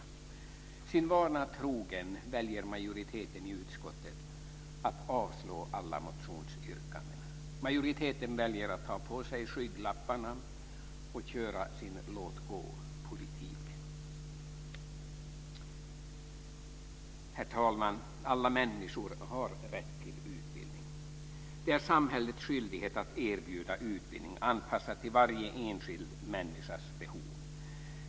Sin vana trogen väljer majoriteten i utskottet att avstyrka alla motionsyrkanden. Majoriteten väljer att ta på sig skygglapparna och köra sin låtgåpolitik. Herr talman! Alla människor har rätt till utbildning. Det är samhällets skyldighet att erbjuda utbildning anpassad till varje enskild människas behov.